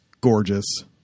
gorgeous